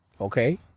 Okay